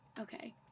okay